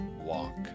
walk